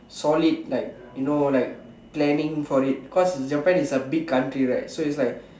solid like you know like planning for it cause Japan is a big country right so it's like